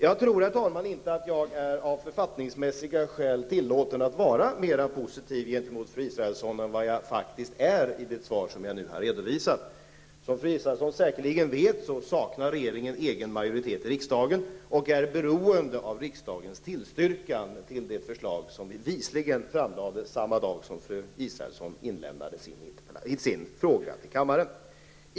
Jag tror inte, herr talman, att jag av författningsmässiga skäl är tillåten att vara mera positiv gentemot fru Israelsson än vad jag faktiskt är i det svar som jag nu har redovisat. Som fru Israelsson säkerligen vet saknar regeringen egen majoritet i riksdagen och är beroende av riksdagens tillstyrkan till det förslag som vi visligen framlade samma dag som fru Israelsson inlämnade sin fråga till kammaren.